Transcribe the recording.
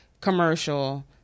commercial